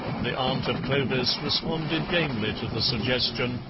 the aunt of clovis responded gamely to the suggestion,